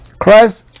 Christ